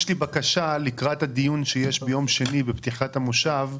יש לי בקשה לקראת הדיון שיש ביום שני בפתיחת המושב.